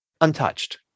Untouched